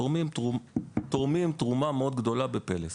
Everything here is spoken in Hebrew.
ותורמים תרומה מאוד גדולה ב"פלס".